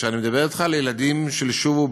כאשר אני מדבר אתך על ילדים של "שובו",